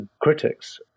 critics